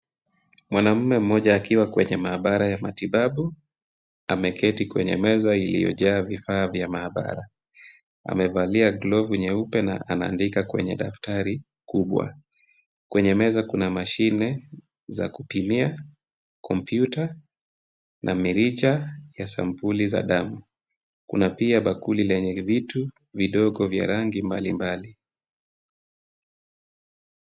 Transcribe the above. Mwanaume mmoja akiwa kwenye maabara ya matibabu ameketi kwenye meza iliyojaa vifaa vya maabara. Amevalia glovu nyeupe na anaandika kwenye daftari kubwa. Kwenye meza kuna mashine za kupimia, komputa na mirija ya sampuli za damu. Kuna pia bakuli lenye vitu vidogo vya rangi mbalimbali.